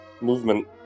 movement